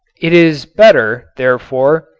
it is better, therefore,